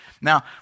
Now